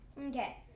Okay